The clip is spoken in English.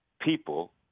people